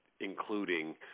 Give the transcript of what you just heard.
including